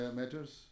matters